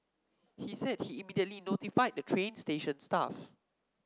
he said he immediately notified the train station staff